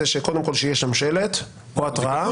זה שקודם כל שיהיה שם שלט או התראה.